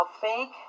fake